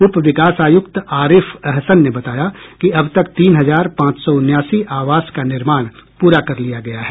उप विकास आयुक्त आरिफ अहसन ने बताया कि अब तक तीन हजार पांच सौ उनासी आवास का निर्माण पूरा कर लिया गया है